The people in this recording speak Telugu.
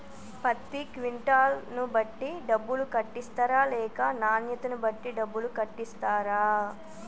పత్తి క్వింటాల్ ను బట్టి డబ్బులు కట్టిస్తరా లేక నాణ్యతను బట్టి డబ్బులు కట్టిస్తారా?